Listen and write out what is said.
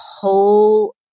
whole